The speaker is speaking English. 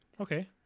Okay